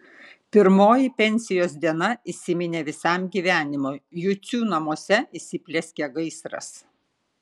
pirmoji pensijos diena įsiminė visam gyvenimui jucių namuose įsiplieskė gaisras